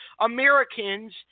Americans